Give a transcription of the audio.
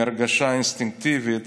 מהרגשה אינסטינקטיבית